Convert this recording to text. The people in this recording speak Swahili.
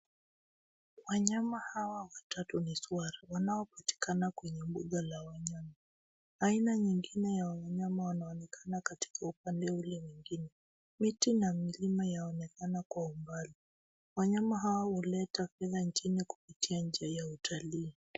Wanyama hawa watatu ni swara, wanaopatikana kwenye mbuga la wanyama .Aina nyingine ya wanyama wanaonekana katika ,upande ule mwingine .Miti na milima yaonekana kwa umbali .Wanyama hawa huleta fedha nchini , kupitia njia ya utalii.